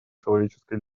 человеческой